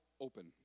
open